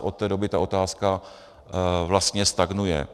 Od té doby ta otázka vlastně stagnuje.